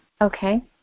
Okay